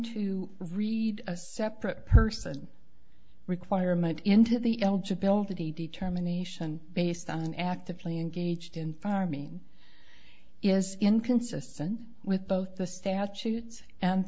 to read a separate person requirement into the eligibility determination based on actively engaged in farming is inconsistent with both the statutes and